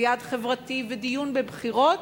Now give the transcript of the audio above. ויעד חברתי ודיון בבחירות,